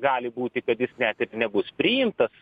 gali būti kad jis net ir nebus priimtas